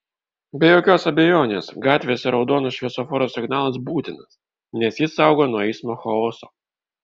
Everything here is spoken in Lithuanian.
be jokios abejonės gatvėse raudonas šviesoforo signalas būtinas nes jis saugo nuo eismo chaoso